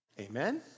Amen